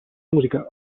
musica